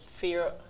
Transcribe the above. fear